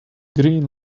green